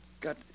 Got